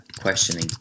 questioning